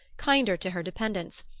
kinder to her dependents,